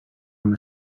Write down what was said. amb